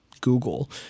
Google